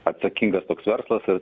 atsakingas verslas ir